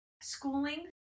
Schooling